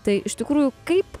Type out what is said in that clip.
tai iš tikrųjų kaip